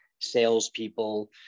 salespeople